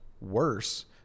worse